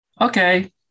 Okay